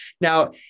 Now